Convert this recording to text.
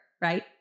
right